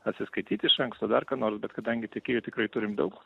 atsiskaityt iš anksto dar ką nors bet kadangi tikėjų tikrai turim daug